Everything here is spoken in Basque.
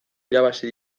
irabazi